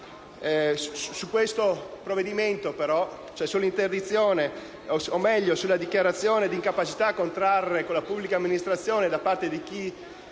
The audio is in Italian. del Consiglio Renzi. Sulla dichiarazione di incapacità a contrarre con la pubblica amministrazione da parte di chi